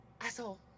asshole